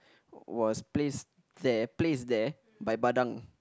was place there placed there by Badang